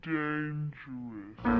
dangerous